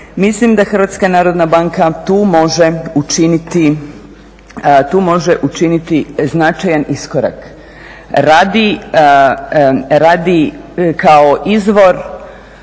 mislim da HNB tu može učiniti značajan iskorak kao izvor